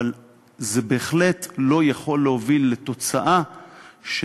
אבל זה בהחלט לא יכול להוביל לתוצאה של